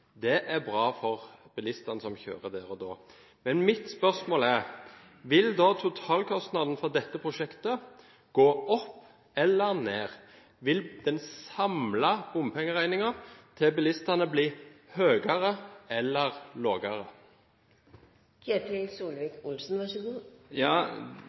Det er bra for bilistene som kjører der og da. Men mitt spørsmål er: Vil da totalkostnaden for dette prosjektet gå opp eller ned? Vil den samlede bompengeregningen til bilistene bli høyere eller